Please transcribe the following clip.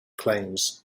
claims